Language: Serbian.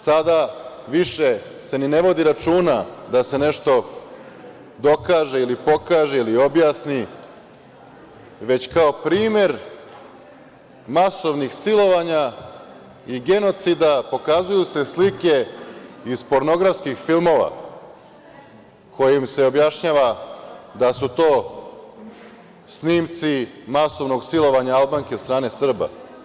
Sada se više ni ne vodi računa da se nešto dokaže, pokaže ili objasni, već kao primer masovnih silovanja i genocida pokazuju se slike iz pornografskih filmova kojim se objašnjava da su to snimci masovnog silovanja Albanke od strane Srba.